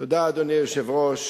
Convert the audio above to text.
אדוני היושב-ראש,